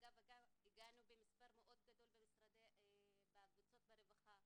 אגב, הגענו במספר מאוד גדול בקבוצות ברווחה,